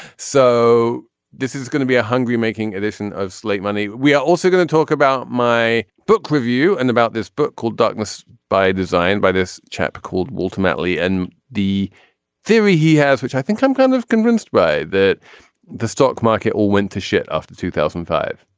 so this is gonna be a hungry making edition of slate money. we are also going to talk about my book review and about this book called douglass by designed by this chap called ultimately and the theory he has which i think i'm kind of convinced right that the stock market all went to shit after two thousand and five.